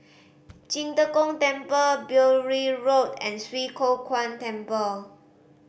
Qing De Gong Temple Beaulieu Road and Swee Kow Kuan Temple